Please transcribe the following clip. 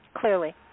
Clearly